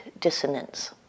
dissonance